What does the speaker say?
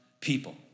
people